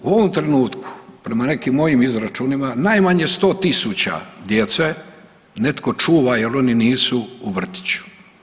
U ovom trenutku prema nekim mojim izračunima najmanje 100.000 djece netko čuva jer oni nisu u vrtiću.